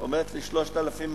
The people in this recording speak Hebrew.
אומרת לי: 3,200